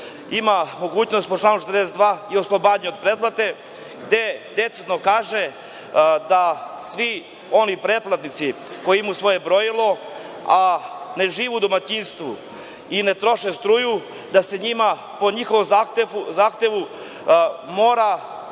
ima mogućnosti po članu 42. i oslobađanja od pretplate, gde decidno kaže da svi oni pretplatnici koji imaju svoje brojilo, a ne žive u domaćinstvu i ne troše struju, po njihovom zahtevu oni